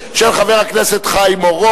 אני קובע שהצעת החוק של חבר הכנסת אלכס מילר,